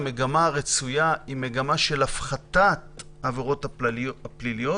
המגמה הרצויה היא מגמה של הפחתת העבירות הפליליות